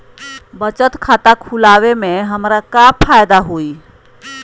बचत खाता खुला वे में हमरा का फायदा हुई?